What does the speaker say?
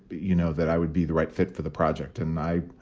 but you know, that i would be the right fit for the project. and i,